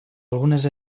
algunes